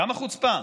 כמה חוצפה,